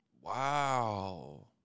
Wow